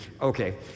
Okay